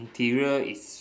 interior is